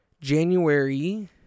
January